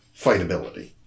fightability